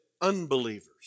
unbelievers